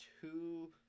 two